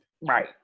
Right